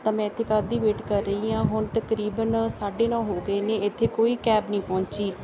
ਤਾਂ ਮੈਂ ਇੱਥੇ ਕਦੋਂ ਦੀ ਵੇਟ ਕਰ ਰਹੀ ਹਾਂ ਹੁਣ ਤਕਰੀਬਨ ਸਾਢੇ ਨੌਂ ਹੋ ਗਏ ਨੇ ਇੱਥੇ ਕੋਈ ਕੈਬ ਨਹੀਂ ਪਹੁੰਚੀ